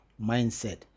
mindset